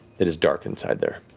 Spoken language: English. it is dark inside there.